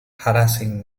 harassing